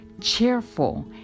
cheerful